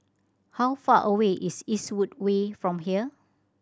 how far away is Eastwood Way from here